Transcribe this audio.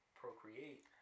procreate